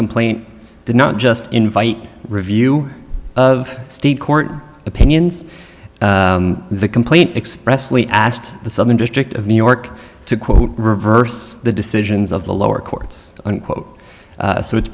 complaint did not just invite review of state court opinions the complaint expressly asked the southern district of new york to reverse the decisions of the lower courts unquote so it's